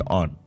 on